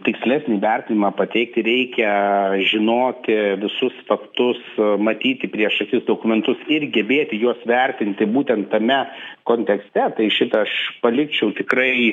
tikslesnį vertinimą pateikti reikia žinoti visus faktus matyti prieš akis dokumentus ir gebėti juos vertinti būtent tame kontekste tai šitą aš palikčiau tikrai